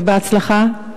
ובהצלחה.